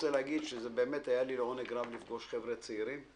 אני רוצה להגיד שבאמת היה לי לעונג רב לפגוש חבר'ה צעירים,